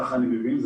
כפי שאני מבין,